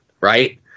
right